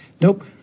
Nope